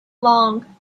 long